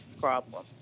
problem